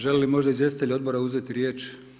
Žele li možda izvjestitelji odbora uzeti riječ?